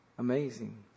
Amazing